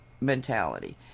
mentality